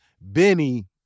Benny